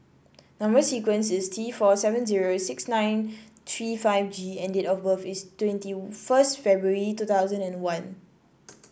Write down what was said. number sequence is T four seven zero six nine three five G and date of birth is twenty first February two thousand and one